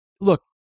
Look